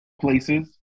places